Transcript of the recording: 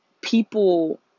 people